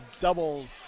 double